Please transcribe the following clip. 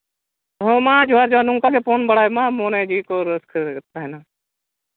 ᱦᱮᱸ ᱢᱟ ᱡᱚᱦᱟᱨ ᱡᱚᱦᱟᱨ ᱱᱚᱝᱠᱟ ᱜᱮ ᱯᱷᱳᱱ ᱵᱟᱲᱟᱭ ᱢᱟ ᱢᱚᱱᱮ ᱡᱤᱣᱤ ᱠᱚ ᱨᱟᱹᱥᱠᱟᱹ ᱨᱮᱜᱮ ᱛᱟᱦᱮᱱᱟ